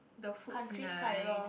the food's nice